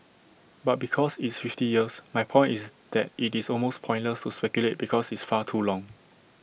but because it's fifty years my point is that IT is almost pointless to speculate because it's far too long